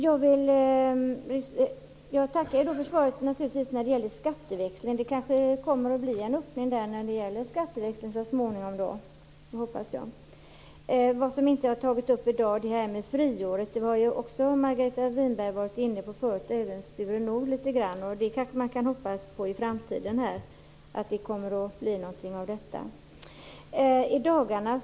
Jag tackar för svaret på frågan om skatteväxling. Det kanske kommer att bli en öppning för en skatteväxling så småningom, hoppas jag. Vad som inte har tagits upp i dag är detta med friåret, som Margareta Winberg har varit inne på och även Sture Nordh litet grand. Man kanske kan hoppas på att det kommer att bli någonting av detta i framtiden.